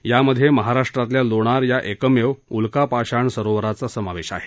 यामध्ये महाराष्ट्रातल्या लोणार या एकमेव उल्कापाषण सरोवराचा समावेश आहे